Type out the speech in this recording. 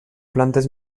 plantes